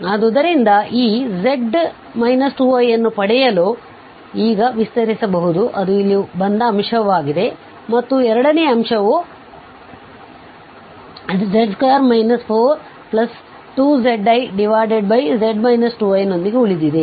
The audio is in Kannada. ಆದ್ದರಿಂದ ಈz 2i ಅನ್ನು ಪಡೆಯಲು ಈಗ ವಿಸ್ತರಿಸಬಹುದು ಅದು ಇಲ್ಲಿ ಬಂದ ಅಂಶವಾಗಿದೆ ಮತ್ತು ಎರಡನೇ ಅಂಶವು z2 42ziz 2iನೊಂದಿಗೆ ಉಳಿದಿದೆ